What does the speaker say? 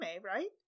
right